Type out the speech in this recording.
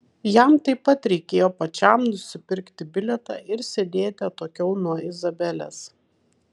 jam taip pat reikėjo pačiam nusipirkti bilietą ir sėdėti atokiau nuo izabelės